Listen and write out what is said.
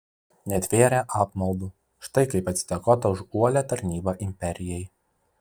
netvėrė apmaudu štai kaip atsidėkota už uolią tarnybą imperijai